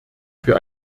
für